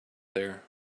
there